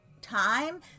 time